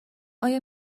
آیا